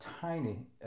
tiny